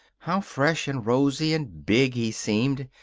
how fresh and rosy and big he seemed,